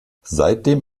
seitdem